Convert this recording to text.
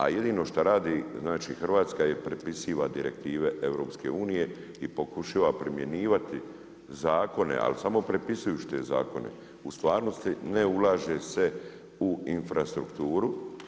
A jedino što radi Hrvatska je pripisiva direktive EU-a i pokušava primjenjivati zakone, ali samo prepisujući te zakone, u stvarnosti ne ulaže se u infrastrukturu.